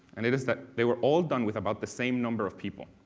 and it is that they were all done with about the same number of people.